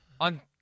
on